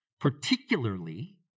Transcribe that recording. Particularly